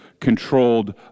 controlled